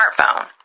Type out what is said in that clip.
smartphone